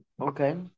Okay